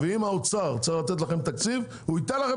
אם האוצר צריך לתת לכם תקציב הוא ייתן לכם